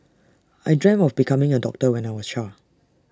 I dreamt of becoming A doctor when I was A child